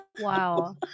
wow